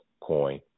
coin